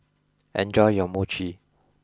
enjoy your Mochi